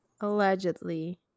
Allegedly